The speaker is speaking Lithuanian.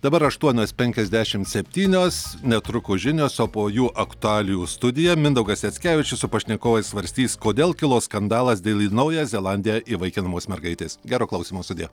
dabar aštuonios penkiasdešimt septynios netrukus žinios o po jų aktualijų studija mindaugas jackevičius su pašnekovais svarstys kodėl kilo skandalas dėl į naują zelandiją įvaikinamos mergaitės gero klausymo sudie